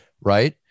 right